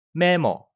memo